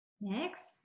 Next